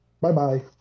Bye-bye